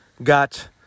got